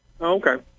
Okay